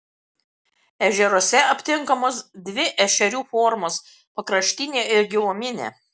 ežeruose aptinkamos dvi ešerių formos pakraštinė ir giluminė